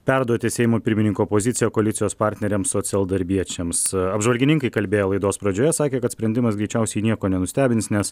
perduoti seimo pirmininko poziciją koalicijos partneriams socialdarbiečiams apžvalgininkai kalbėję laidos pradžioje sakė kad sprendimas greičiausiai nieko nenustebins nes